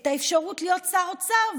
את האפשרות להיות שר האוצר,